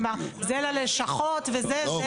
כלומר זה ללשכות וזה?